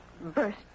burst